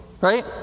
Right